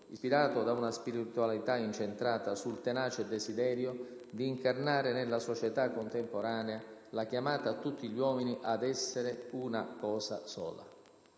ispirato da una spiritualità incentrata sul tenace desiderio di incarnare nella società contemporanea la chiamata a tutti gli uomini ad «essere una cosa sola».